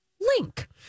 Link